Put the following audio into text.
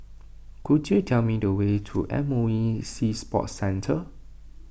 could you tell me the way to M O E Sea Sports Centre